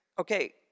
Okay